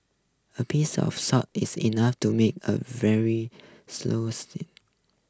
a peice of salt is enough to make a very slow